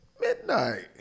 midnight